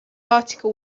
article